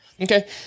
okay